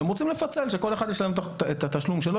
הם רוצים לפצל, שכל אחד ישלם את התשלום שלו.